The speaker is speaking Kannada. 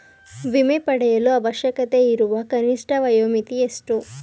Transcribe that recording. ವಿಮೆ ಪಡೆಯಲು ಅವಶ್ಯಕತೆಯಿರುವ ಕನಿಷ್ಠ ವಯೋಮಿತಿ ಎಷ್ಟು?